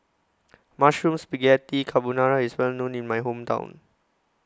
Mushroom Spaghetti Carbonara IS Well known in My Hometown